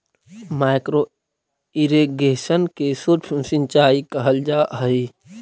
micro irrigation के सूक्ष्म सिंचाई भी कहल जा हइ